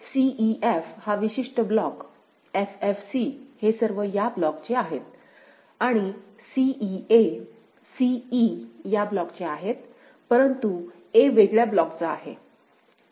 c e f हा विशिष्ट block f f c हे सर्व या ब्लॉकचे आहेत आणि c e a c e या ब्लॉकचे आहेत परंतु a वेगळ्या ब्लॉकचा आहे